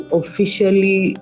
officially